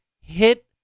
hit